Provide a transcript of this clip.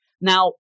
Now